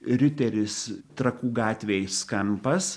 riteris trakų gatvės kampas